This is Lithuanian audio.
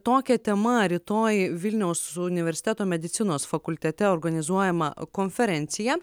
tokia tema rytoj vilniaus universiteto medicinos fakultete organizuojama konferencija